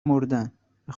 مردن، به